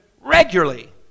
regularly